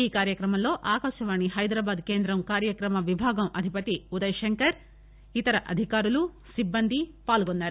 ఈ కార్యక్రమంలో ఆకాశవాణి హైదరాబాద్ కేంద్రం కార్యక్రమ విభాగం అధిపతి ఉదయ్ శంకర్ ఇతర అధికారులు సిబ్బంది పాల్గొన్నారు